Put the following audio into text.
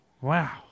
Wow